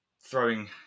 throwing